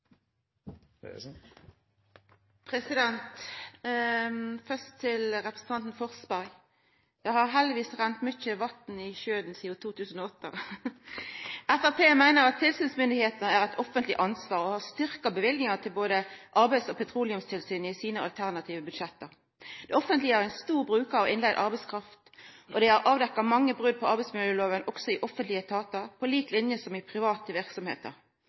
utvise. Først til representanten Forsberg: Det har heldigvis runne mykje vatn i havet sidan 2008! Framstegspartiet meiner at tilsynsmyndigheitene er eit offentleg ansvar og har styrkt løyvingane til både Arbeidstilsynet og Petroleumstilsynet i sine alternative budsjett. Det offentlege er ein stor brukar av innleigd arbeidskraft, og det er avdekt mange brot på arbeidsmiljøloven òg i offentlege etatar, på lik linje med private verksemder. Det er viktig at det offentlege overheld sine forpliktingar som